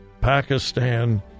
Pakistan